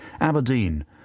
Aberdeen